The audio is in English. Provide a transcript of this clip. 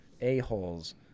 a-holes